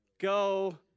Go